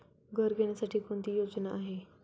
घर घेण्यासाठी कोणती योजना आहे?